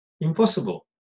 impossible